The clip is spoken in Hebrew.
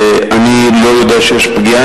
אני לא יודע שיש פגיעה,